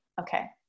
Okay